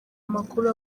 amakuru